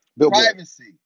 Privacy